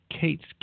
Kate's